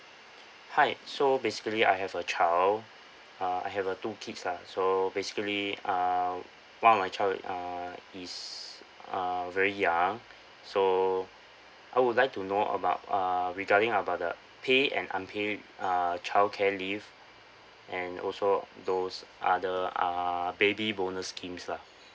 hi so basically I have a child uh I have uh two kids lah so basically uh one of my child uh is uh very young so I would like to know about uh regarding about the pay and unpaid uh childcare leave and also those other uh baby bonus scheme lah